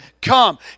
come